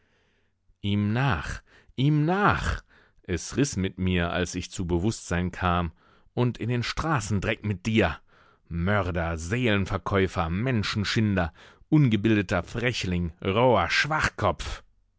ihm nach ihm nach es riß mit mir als ich zu bewußtsein kam und in den straßendreck mit dir mörder seelenverkäufer menschenschinder ungebildeter frechling roher schwachkopf